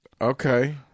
Okay